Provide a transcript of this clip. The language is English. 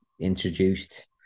introduced